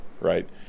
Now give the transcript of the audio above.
right